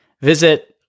Visit